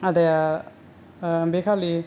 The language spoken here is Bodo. आदाया बेखालि